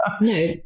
no